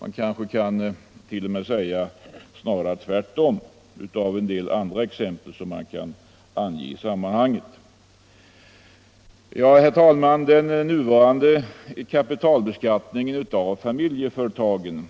Man kanske t.o.m. kan säga att det snarare förhåller sig tvärtom att döma av en del andra exempel som kunde anföras i sammanhanget. Herr talman! Den nuvarande kapitalbeskattningen av familjeföretagen